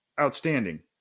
outstanding